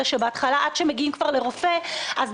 לשלושה חודשים,